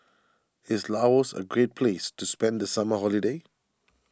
is Laos a great place to spend the summer holiday